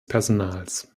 personals